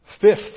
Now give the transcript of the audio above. Fifth